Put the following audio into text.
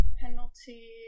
penalty